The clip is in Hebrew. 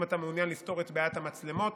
אם אתה מעוניין לפתור את בעיית המצלמות,